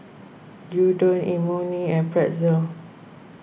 Gyudon Imoni and Pretzel